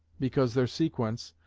because their sequence,